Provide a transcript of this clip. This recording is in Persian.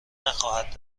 نخواهد